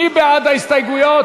מי בעד ההסתייגויות?